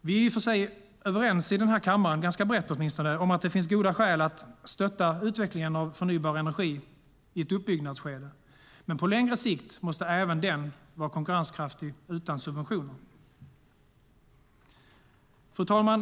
Vi är i och för sig överens i denna kammare, åtminstone ganska brett, om att det finns goda skäl att stötta utvecklingen av förnybar energi i ett uppbyggnadsskede. På längre sikt måste dock även denna vara konkurrenskraftig utan subventioner. Fru talman!